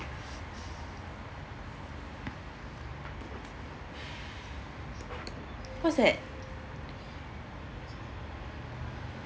what's that